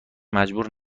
مجبور